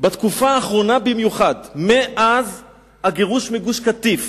בתקופה האחרונה במיוחד, מאז הגירוש מגוש-קטיף,